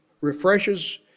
refreshes